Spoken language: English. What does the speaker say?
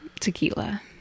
tequila